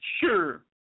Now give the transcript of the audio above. sure